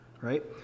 right